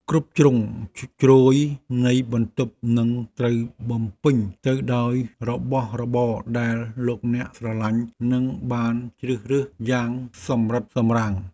គ្រប់ជ្រុងជ្រោយនៃបន្ទប់នឹងត្រូវបំពេញទៅដោយរបស់របរដែលលោកអ្នកស្រឡាញ់និងបានជ្រើសរើសយ៉ាងសម្រិតសម្រាំង។